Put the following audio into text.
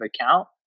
account